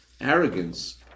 arrogance